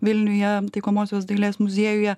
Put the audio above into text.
vilniuje taikomosios dailės muziejuje